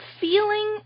feeling